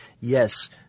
Yes